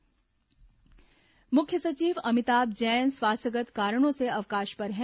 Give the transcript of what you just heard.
मुख्य सचिव प्रभार मुख्य सचिव अमिताभ जैन स्वास्थ्यगत् कारणों से अवकाश पर हैं